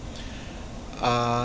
uh